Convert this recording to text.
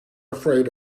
afraid